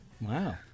wow